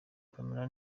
pamela